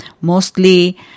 mostly